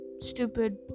stupid